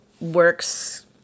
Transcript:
works